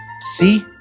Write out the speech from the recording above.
See